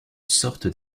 sorte